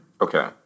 Okay